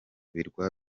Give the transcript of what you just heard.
birwa